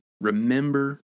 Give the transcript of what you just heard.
Remember